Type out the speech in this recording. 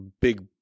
big